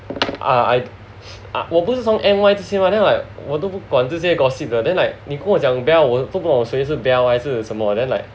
ah I 我不是从 N_Y 这些吗 like 我都不管这些 gossip 的 then like 你跟我讲 Belle 我不过谁是 Belle 还是什么 then like